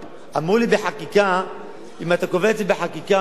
אמרו לי בחקיקה: אם אתה קובע את זה בחקיקה מראש,